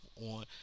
on